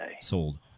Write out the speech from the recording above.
Sold